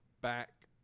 back